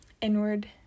inward